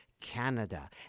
Canada